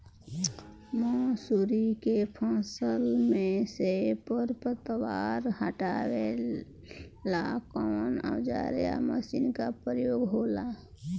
मसुरी के फसल मे से खरपतवार हटावेला कवन औजार या मशीन का प्रयोंग होला?